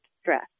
stress